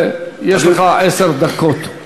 ויש לך עשר דקות.